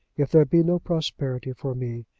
if there be no prosperity for me,